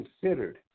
considered